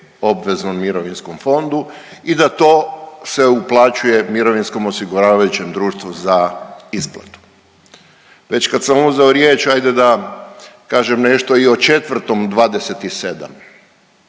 obveznom mirovinskom fondu i da to se uplaćuje mirovinskom osiguravajućem društvu za isplatu. Već kad sam uzeo riječ ajde da kažem nešto i o četvrtom 27.